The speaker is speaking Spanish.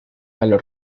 galo